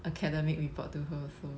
academic report to her also